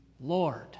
Lord